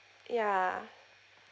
ya